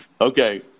Okay